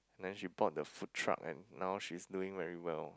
then she bought the food truck and now she's doing very well